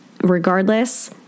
regardless